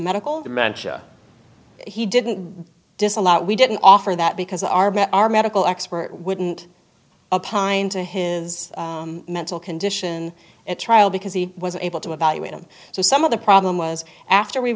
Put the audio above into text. medical dimentia he didn't disallow we didn't offer that because our our medical expert wouldn't a pine to his mental condition at trial because he was able to evaluate him so some of the problem was after we